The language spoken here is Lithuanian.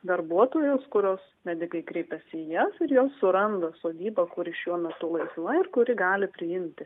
darbuotojos kurios medikai kreipiasi į jas ir jos suranda sodybą kuri šiuo metu laisva ir kuri gali priimti